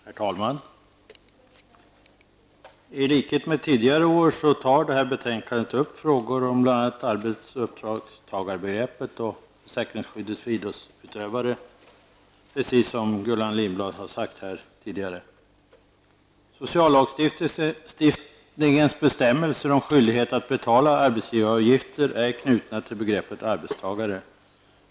Herr talman! I likhet med tidigare år tar detta betänkande upp frågor om bl.a. arbets och uppdragstagarbegreppet samt försäkringsskydd för idrottsutövare, precis som Gullan Lindblad har sagt tidigare. Sociallagstiftningens bestämmelser om skyldighet att betala arbetsgivaravgifter är knutna till begreppet arbetstagare.